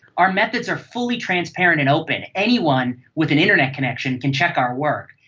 our methods are fully transparent and open. anyone with an internet connection can check our work,